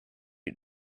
you